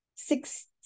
six